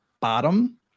bottom